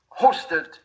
hosted